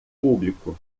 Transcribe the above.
público